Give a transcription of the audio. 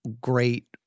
great